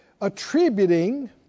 attributing